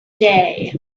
day